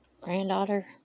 granddaughter